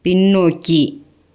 பின்னோக்கி